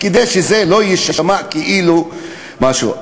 כדי שזה לא יישמע כאילו משהו.